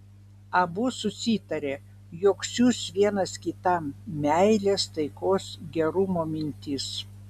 abu susitarė jog siųs vienas kitam meilės taikos gerumo mintis